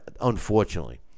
Unfortunately